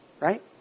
Right